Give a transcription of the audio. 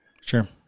Sure